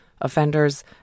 offenders